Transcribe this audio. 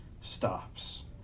Stops